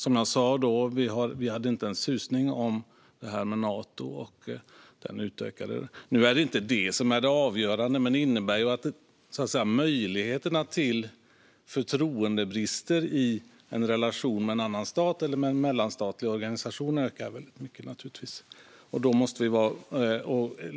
Som jag sa hade vi då inte en susning om det här med Nato. Det är inte det som är det avgörande. Men det innebär att möjligheterna till förtroendebrister i en relation med en annan stat eller en mellanstatlig organisation ökar väldigt mycket.